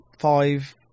five